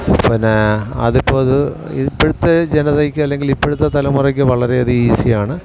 പിന്നെ അതിപ്പം ഇത് ഇതിപ്പോഴത്തെ ജനതയ്ക്ക് അല്ലെങ്കിൽ ഇപ്പോഴത്തെ തലമുറയ്ക്ക് വളരെ അധികം ഈസിയാണ്